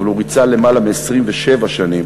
אבל הוא ריצה למעלה מ-27 שנים,